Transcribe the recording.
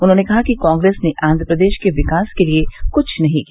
उन्होंने कहा कि कांग्रेस ने आन्ध्र प्रदेश के विकास के लिए कुछ नहीं किया